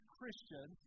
Christian